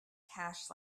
cash